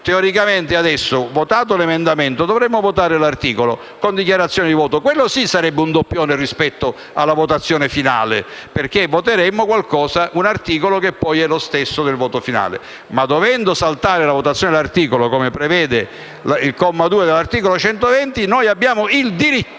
di voto. Adesso, votato l'emendamento, dovremmo votare l'articolo con dichiarazioni di voto: questo sì che sarebbe un doppione rispetto alla votazione finale, perché voteremmo un articolo che è lo stesso del voto finale. Ma dovendo saltare la votazione dell'articolo, come prevede il comma 2 dell'articolo 120, noi abbiamo, signor